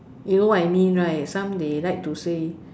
you know what I mean right some they like to say